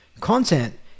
content